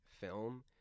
film